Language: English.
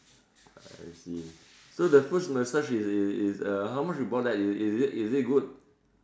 I see so the foot massage is is is uh how much you brought that is it is it good